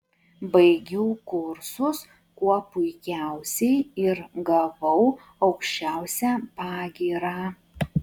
baigiau kursus kuo puikiausiai ir gavau aukščiausią pagyrą